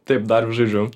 taip dar vis žaidžiu